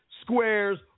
squares